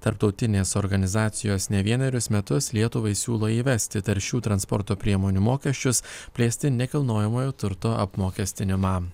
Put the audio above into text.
tarptautinės organizacijos ne vienerius metus lietuvai siūlo įvesti taršių transporto priemonių mokesčius plėsti nekilnojamojo turto apmokestinimą